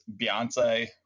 beyonce